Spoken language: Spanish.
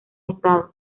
estado